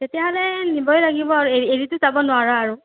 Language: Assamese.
তেতিয়াহ'লে নিবই লাগিব আৰু এৰি এৰিটো যাব নোৱাৰ' আৰু